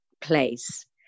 place